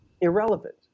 irrelevant